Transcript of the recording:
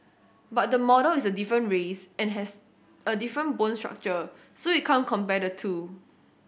but the model is a different race and has a different bone structure so you can't compare the two